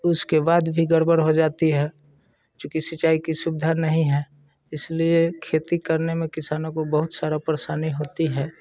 उसके बाद भी गड़ बड़ हो जाती है चूँकि सिंचाई की सुविधा नहीं है इस लिए खेती करने में किसानों को बहुत सारा परेशानी होती है